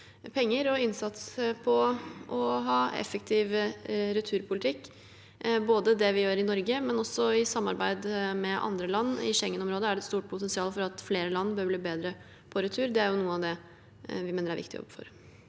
penger og innsats på å ha en effektiv returpolitikk – det vi gjør både i Norge og i samarbeid med andre land. I Schengen-området er det et stort potensial for at flere land kan bli bedre på retur. Det er noe av det vi mener er viktig å jobbe